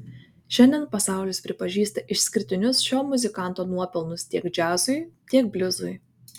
šiandien pasaulis pripažįsta išskirtinius šio muzikanto nuopelnus tiek džiazui tiek bliuzui